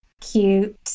Cute